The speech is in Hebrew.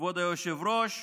כבוד היושב-ראש,